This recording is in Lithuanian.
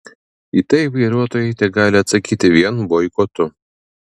į tai vartotojai tegali atsakyti vien boikotu